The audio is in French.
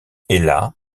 ella